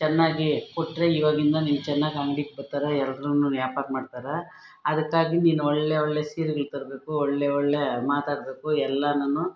ಚೆನ್ನಾಗಿ ಕೊಟ್ಟರೆ ಈವಾಗಿಂದ ನಿನಗೆ ಚೆನ್ನಾಗಿ ಅಂಗಡಿಗೆ ಬತ್ತಾರ ಎಲ್ರೂ ವ್ಯಾಪಾರ ಮಾಡ್ತಾರೆ ಅದಕ್ಕಾಗಿ ನೀನು ಒಳ್ಳೆ ಒಳ್ಳೆ ಸೀರೆಗಳು ತರಬೇಕು ಒಳ್ಳೆ ಒಳ್ಳೆ ಮಾತಾಡಬೇಕು ಎಲ್ಲಾನನು